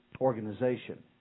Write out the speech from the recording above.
organization